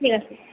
ঠিক আছে